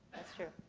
that's true.